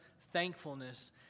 thankfulness